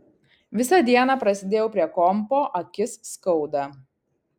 visą dieną prasėdėjau prie kompo akis skauda